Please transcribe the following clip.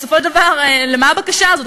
בסופו של דבר, למה הבקשה הזאת?